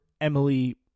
Emily